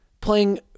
playing